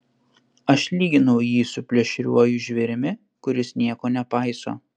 aš lyginau jį su plėšriuoju žvėrimi kuris nieko nepaiso